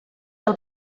del